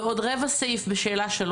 ועוד רבע סעיף בשאלה 3